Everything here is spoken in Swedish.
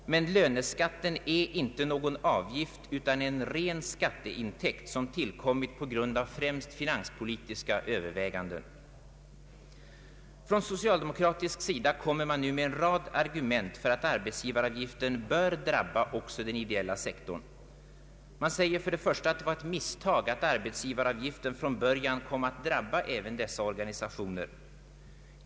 Men löneskatten är inte någon avgift utan en ren skatteintäkt, som tillkommit på grund av främst finanspolitiska överväganden. Från socialdemokratisk sida kommer man nu med en rad argument för att arbetsgivaravgiften bör drabba också den ideella sektorn. Man säger först att det var ett misstag att arbetsgivaravgiften från början kom att drabba även dessa organisationer.